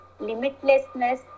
limitlessness